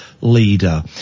leader